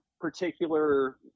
particular